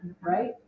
right